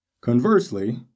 Conversely